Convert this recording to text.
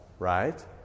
Right